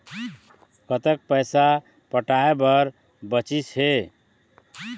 कतक पैसा पटाए बर बचीस हे?